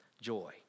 joy